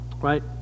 right